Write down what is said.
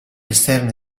esterni